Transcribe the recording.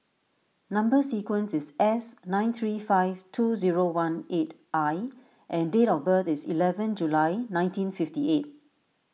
Number Sequence is S nine three five two zero one eight I and date of birth is eleven July nineteen fifty eight